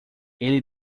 ele